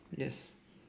yes